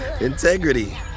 integrity